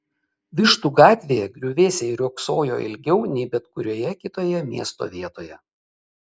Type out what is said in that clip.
vištų gatvėje griuvėsiai riogsojo ilgiau nei bet kurioje kitoje miesto vietoje